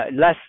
less